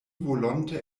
volonte